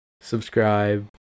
subscribe